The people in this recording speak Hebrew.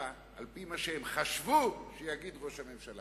על-פי מה שהם חשבו שיגיד ראש הממשלה,